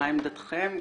מה עמדתכם,